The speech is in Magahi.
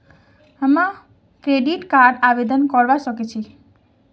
हम क्रेडिट कार्ड आवेदन करवा संकोची?